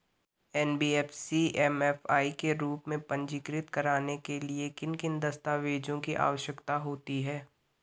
NBFC MFI के रूप में पंजीकृत कराने के लिए किन किन दस्तावेज़ों की आवश्यकता होती है?